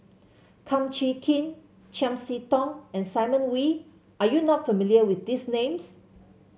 Kum Chee Kin Chiam See Tong and Simon Wee are you not familiar with these names